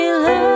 love